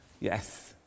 Yes